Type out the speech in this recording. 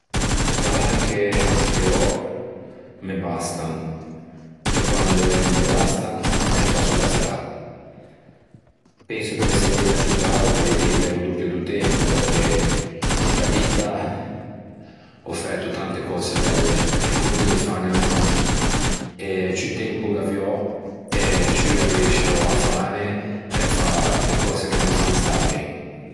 E palanche che ò me bastan e quande no me bastan me ê fasso bastâ. Penso che me saieiva ciù cao poei vive o doppio do tempo perché inta vitta ò fæto tante cöse belle e conto de fâne ancon e ciù tempo gh'aviò e ciù arriesciò a fâne e a fâ e cöse che me fan stâ ben.